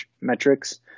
metrics